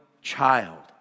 child